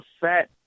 fat